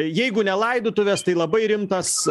jeigu ne laidotuvės tai labai rimtas